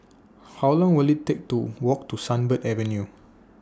How Long Will IT Take to Walk to Sunbird Avenue